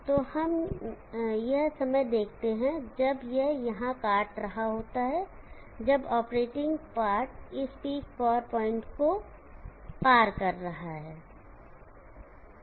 तो हम यह समय देखते हैं जब यह यहां काट रहा होता है जब ऑपरेटिंग पॉइंट इस पीक पावर पॉइंट को पार कर रहा होता है